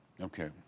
Okay